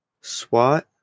SWAT